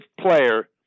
player